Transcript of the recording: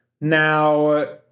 Now